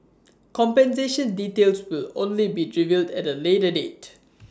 compensation details will only be revealed at A later date